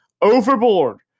Overboard